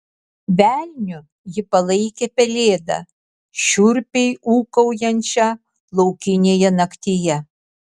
velniu ji palaikė pelėdą šiurpiai ūkaujančią laukinėje naktyje